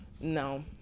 No